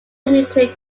include